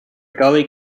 gully